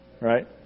Right